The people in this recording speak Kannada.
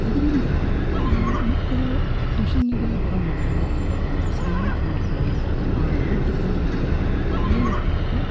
ಇದರಿಂದ ಮಕ್ಕಳು ಟ್ಯೂಷನ್ನಿಗೆ ಬರೋ ಮಕ್ಕಳು ಶ್ರೀಮಂತ್ರ ಮಕ್ಕಳು ದುಡ್ಡಿದ್ದೋರ ಮಕ್ಕಳು ಮೇಲೆ ಹೋಗಲಿಕ್ಕೆ